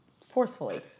forcefully